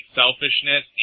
selfishness